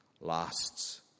lasts